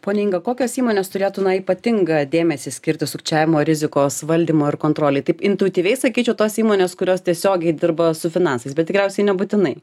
ponia inga kokios įmonės turėtų na ypatingą dėmesį skirti sukčiavimo rizikos valdymui ir kontrolei taip intuityviai sakyčiau tos įmonės kurios tiesiogiai dirba su finansais bet tikriausiai nebūtinai